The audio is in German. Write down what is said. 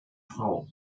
frau